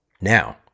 Now